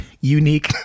unique